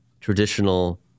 traditional